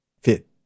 fit